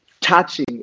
touching